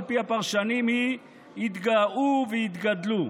על פי הפרשנים היא יתגאו ויתגדלו.